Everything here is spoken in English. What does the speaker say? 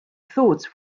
thoughts